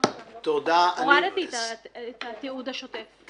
הורדתי את התיעוד השוטף,